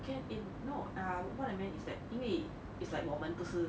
can in no err what I meant is that 因为 it's like 我们不是